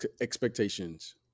expectations